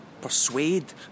persuade